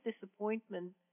disappointment